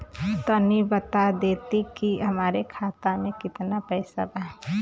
तनि बता देती की हमरे खाता में कितना पैसा बा?